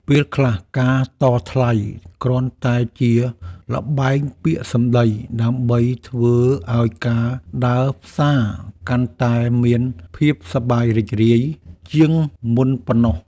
ពេលខ្លះការតថ្លៃគ្រាន់តែជាល្បែងពាក្យសម្ដីដើម្បីធ្វើឱ្យការដើរផ្សារកាន់តែមានភាពសប្បាយរីករាយជាងមុនប៉ុណ្ណោះ។